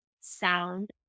sound